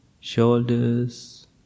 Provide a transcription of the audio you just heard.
shoulders